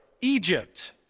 Egypt